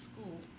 school